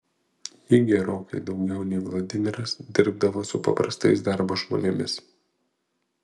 ji gerokai daugiau nei vladimiras dirbdavo su paprastais darbo žmonėmis